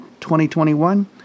2021